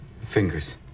Fingers